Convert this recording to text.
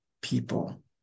people